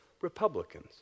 Republicans